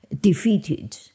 defeated